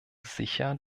sicher